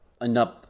enough